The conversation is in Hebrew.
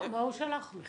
מה הוא שלח, מכתב?